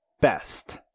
best